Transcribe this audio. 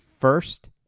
first